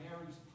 Mary's